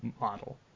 model